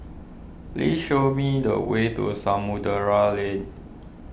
please show me the way to Samudera Lane